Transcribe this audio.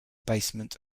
basement